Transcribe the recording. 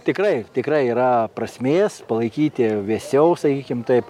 tikrai tikrai yra prasmės palaikyti vėsiau sakykim taip